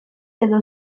edo